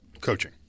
Coaching